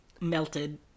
melted